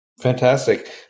fantastic